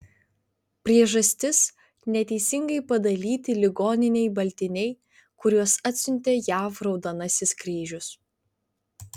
priežastis neteisingai padalyti ligoninei baltiniai kuriuos atsiuntė jav raudonasis kryžius